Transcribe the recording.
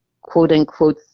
quote-unquote